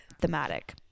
thematic